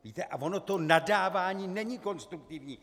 Víte, a ono to nadávání není konstruktivní.